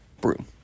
broom